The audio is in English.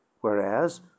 whereas